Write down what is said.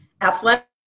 athletic